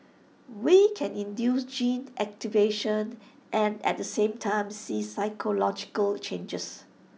we can induce gene activation and at the same time see physiological changes